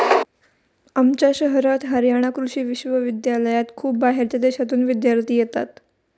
आमच्या शहरात हरयाणा कृषि विश्वविद्यालयात खूप बाहेरच्या देशांतून विद्यार्थी येतात